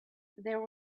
there